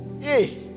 Hey